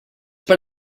per